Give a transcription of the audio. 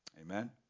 Amen